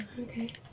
okay